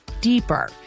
deeper